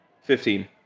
Fifteen